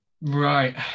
Right